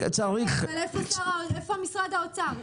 אבל איפה משרד האוצר?